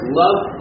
love